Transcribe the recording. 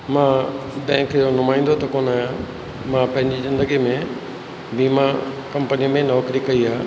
मां बैंक जो नुमाईंदो त कोन आहियां मां पंहिंजी ज़िंदगी में बीमा कंपनी में नौकिरी कई आहे